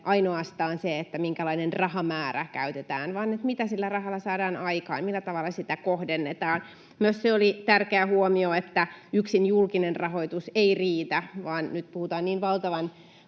ainoastaan se, minkälainen rahamäärä käytetään, vaan mitä sillä rahalla saadaan aikaan ja millä tavalla sitä kohdennetaan. Myös se oli tärkeä huomio, että yksin julkinen rahoitus ei riitä, vaan nyt puhutaan niin valtavan